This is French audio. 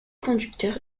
conducteur